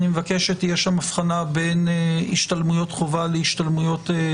אבקש שתהיה שם הבחנה בין השתלמויות חובה לרשות.